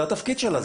זה התפקיד שלה.